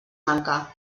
manca